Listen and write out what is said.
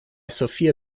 sofia